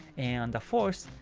and fourth,